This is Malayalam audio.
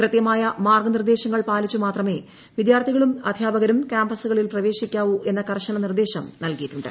കൃത്യമായ മാർഗ്ഗനിർദ്ദേശങ്ങൾ പാലിച്ചു മാത്രമേ വിദ്യാർത്ഥികളും അദ്ധ്യാപകരും ക്യാമ്പസുകളിൽ പ്രവേശിക്കാവൂ എന്ന കർശന നിർദ്ദേശം നൽകിയിട്ടുണ്ട്